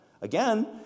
Again